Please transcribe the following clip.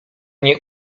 nie